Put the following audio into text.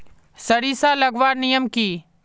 सरिसा लगवार नियम की?